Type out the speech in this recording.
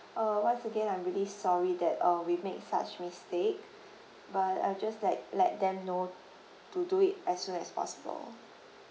uh once again I'm really sorry that uh we make such mistake but I'll just like let them know to do it as soon as possible